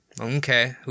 Okay